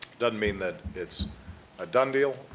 doesn't mean that it's a done deal,